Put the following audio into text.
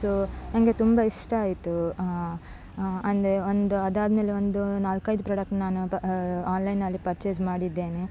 so ನನಗೆ ತುಂಬ ಇಷ್ಟ ಆಯಿತು ಅಂದರೆ ಒಂದು ಅದಾದಮೇಲೆ ಒಂದು ನಾಲ್ಕೈದು ಪ್ರಾಡಕ್ಟ್ ನಾನು ಪ ಆನ್ಲೈನಲ್ಲಿ ಪರ್ಚೇಸ್ ಮಾಡಿದ್ದೇನೆ